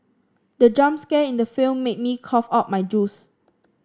the jump scare in the film made me cough out my juice